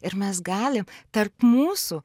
ir mes galim tarp mūsų